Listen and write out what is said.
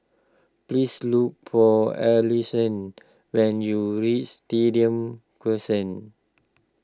please look for Alison when you reach Stadium Crescent